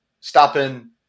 stopping